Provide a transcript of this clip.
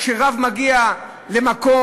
כשרב מגיע למקום,